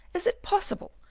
is it possible?